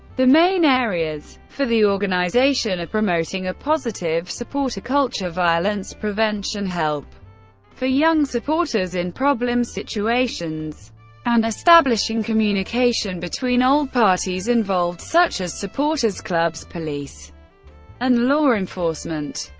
the main areas for the organization are promoting a positive supporter culture, violence prevention, help for young supporters in problem situations and establishing communication between all parties involved, such as supporters, clubs, police and law enforcement.